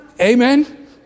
Amen